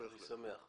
אני שמח.